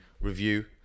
review